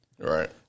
Right